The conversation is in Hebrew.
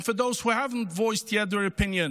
And to those who haven’t yet voiced their opinion,